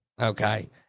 Okay